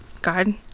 God